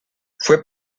fue